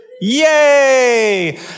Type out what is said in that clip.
Yay